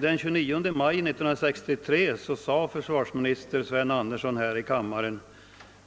Den 29 maj 1963 sade försvarsminister Sven Andersson här i kammaren